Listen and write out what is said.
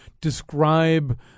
describe